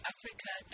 Africa